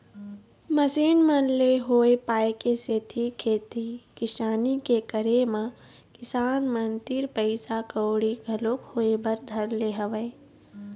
machine मन ले होय पाय के सेती खेती किसानी के करे म किसान मन तीर पइसा कउड़ी घलोक होय बर धर ले हवय